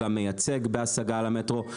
גם מייצג בהשגה על המטרו.